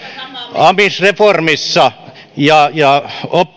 amisrerformissa ja ja